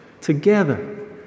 together